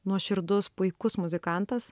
nuoširdus puikus muzikantas